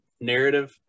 narrative